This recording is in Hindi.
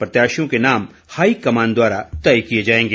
प्रत्याशियों के नाम हाईकमान द्वारा तय किए जाएंगे